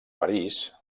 parís